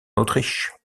autriche